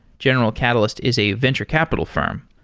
general catalyst is a venture capital firm.